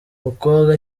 mukobwa